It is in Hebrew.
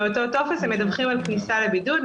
באותו טופס הם מדווחים על כניסה לבידוד,